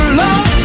love